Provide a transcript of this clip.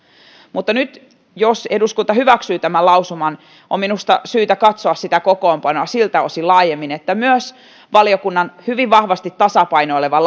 mutta nyt jos eduskunta hyväksyy tämän lausuman on minusta syytä katsoa sitä kokoonpanoa siltä osin laajemmin että myös valiokunnan hyvin vahvasti tasapainoileva